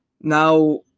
now